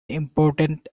important